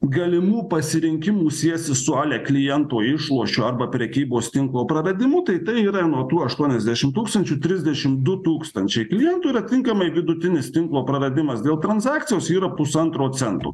galimų pasirinkimų siesis su ale kliento išlošiu arba prekybos tinklo praradimu tai tai yra nuo tų aštuoniasdešim tūkstančių trisdešim du tūkstančiai klientų ir atitinkamai vidutinis tinklo praradimas dėl transakcijos yra pusantro cento